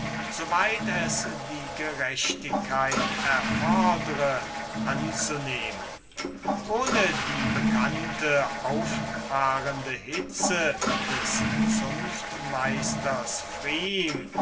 es die gerechtigkeit erfodre anzunehmen ohne die bekannte auffahrende hitze des zunftmeisters